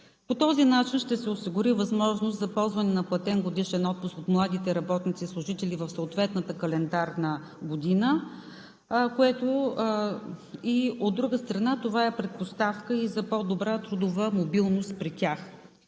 По този начин ще се осигури възможност за ползване на платен годишен отпуск от младите работници и служители в съответната календарна година, от друга страна, това е предпоставка и за по-добра трудова мобилност при тях.